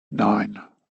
nine